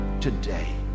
today